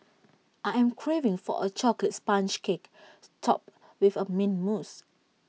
I am craving for A Chocolate Sponge Cake Topped with A Mint Mousse